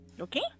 Okay